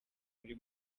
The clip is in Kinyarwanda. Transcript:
muri